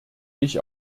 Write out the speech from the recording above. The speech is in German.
ich